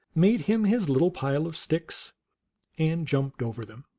made him his little pile of sticks and jumped over them.